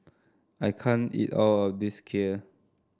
I can't eat all of this Kheer